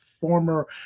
former